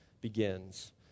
begins